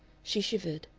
she shivered.